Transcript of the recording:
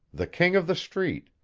the king of the street,